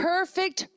Perfect